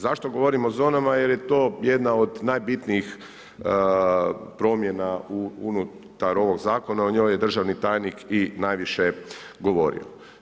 Zašto govorimo o zonama, jer je to jedna od najbitnijih promjena unutar ovog zakona, o njoj je državni tajnik i najviše govorio.